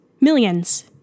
millions